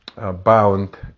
bound